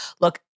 Look